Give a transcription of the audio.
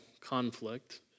conflict